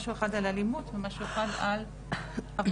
משהו אחד על אלימות ומשהו אחד על עבודות